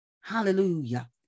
Hallelujah